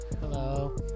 hello